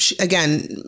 again